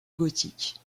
gothique